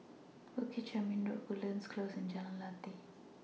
Bukit Chermin Road Woodlands Close and Jalan Lateh